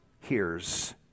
hears